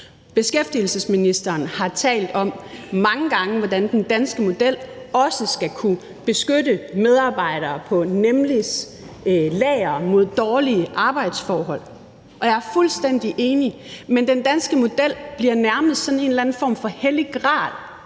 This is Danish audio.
Beskæftigelsesministeren har mange gange talt om, hvordan den danske model også skal kunne beskytte medarbejdere på nemlig.coms lager mod dårlige arbejdsforhold, og jeg er fuldstændig enig. Men den danske model bliver nærmest en eller anden form for hellig gral,